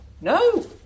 No